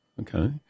Okay